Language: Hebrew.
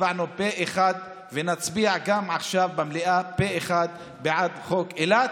הצבענו פה אחד ונצביע גם עכשיו במליאה פה אחד בעד חוק אילת.